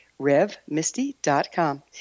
RevMisty.com